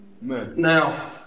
Now